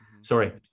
Sorry